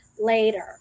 later